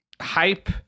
hype